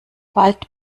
bald